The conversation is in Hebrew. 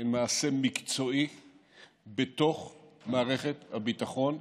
הן מעשה מקצועי בתוך מערכת הביטחון,